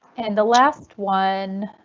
and the last one.